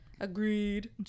Agreed